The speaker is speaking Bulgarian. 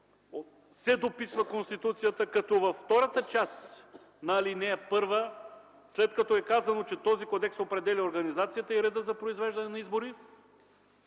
се дописва Конституцията, като във втората част на ал. 1, след като е казано, че този кодекс определя организацията и реда за произвеждане на избори,